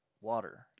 Water